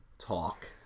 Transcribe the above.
talk